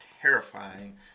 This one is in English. terrifying